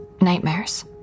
Nightmares